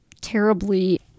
terribly